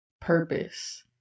purpose